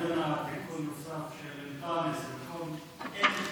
אני כבר אתן לירדנה תיקון נוסף של אַנטאנס במקום אֶנטאנס.